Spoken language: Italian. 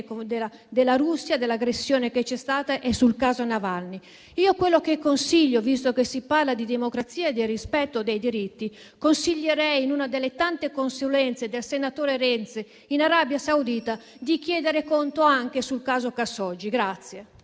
della Russia, dell'aggressione che c'è stata e sul caso Navalny. Visto che si parla di democrazia e di rispetto dei diritti, consiglierei, in una delle tante consulenze del senatore Renzi in Arabia Saudita, di chiedere conto anche sul caso Khashoggi.